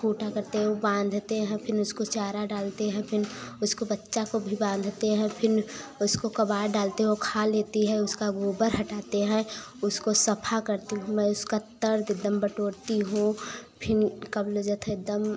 खूँटा करती हूँ बाँधते हैं फिर उसको चारा डालते हैं फिर उसको बच्चा को भी बाँधते हैं फिर उसको कबार डालती हूँ वो खा लेती है उसका गोबर हटाते हैं उसको सफा करती हूँ मैं उसका तर्द एकदम बटोरती हूँ फिर का बोला जात है दम